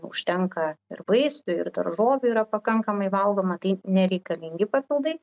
užtenka ir vaisių ir daržovių yra pakankamai valgoma tai nereikalingi papildai